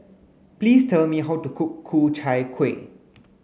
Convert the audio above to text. please tell me how to cook Ku Chai Kuih